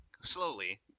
slowly